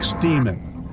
Demon